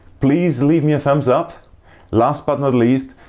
please leave me a thumbs up last but not least,